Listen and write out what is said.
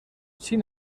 sin